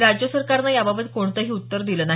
राज्य सरकारनं याबाबत कोणतेही उत्तर दिले नाही